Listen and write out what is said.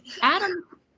Adam